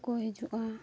ᱠᱚ ᱦᱤᱡᱩᱜᱼᱟ